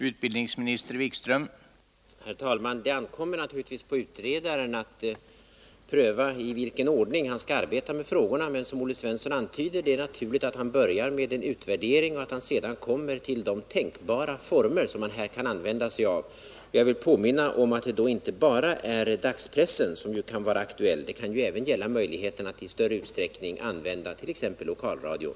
Herr talman! Det ankommer naturligtvis på utredaren att pröva i vilken ordning han skall arbeta med frågorna. Men det är, som Olle Svensson antyder, naturligt att han börjar med en utvärdering och sedan kommer till de tänkbara former som man här kan använda sig av. Jag vill påminna om att det då inte bara är dagspressen som kan vara aktuell, utan att det även kan gälla möjligheterna att i större utsträckning använda t.ex. lokalradion.